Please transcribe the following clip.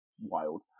wild